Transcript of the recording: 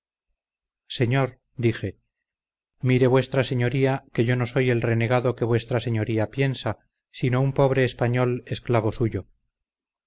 señor dije mire v s que yo no soy el renegado que v s piensa sino un pobre español esclavo suyo